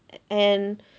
and